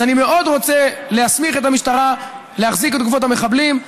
אז אני מאוד רוצה להסמיך את המשטרה להחזיק את גופות המחבלים.